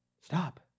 Stop